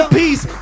peace